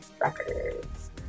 Records